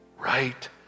right